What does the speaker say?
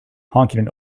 honking